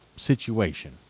situation